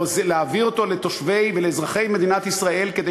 להביא אותו לתושבי ולאזרחי מדינת ישראל כדי